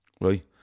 right